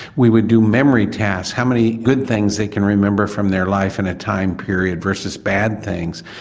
we would do memory tasks how many good things they can remember from their life in a time period versus bad things.